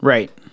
Right